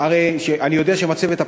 חברי הכנסת, נא לשבת.